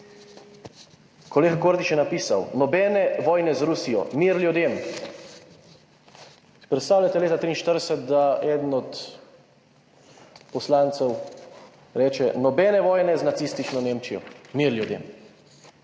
Kordiš je napisal, »Nobene vojne z Rusijo. Mir ljudem.« Si predstavljate leta 1943, da eden od poslancev reče, nobene vojne z nacistično Nemčijo, mir ljudem.«